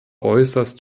äußerst